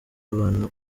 abantu